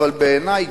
אבל בעיני,